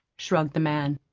shrugged the man.